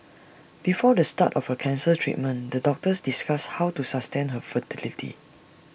before the start of her cancer treatment the doctors discussed how to sustain her fertility